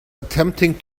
attempting